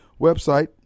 website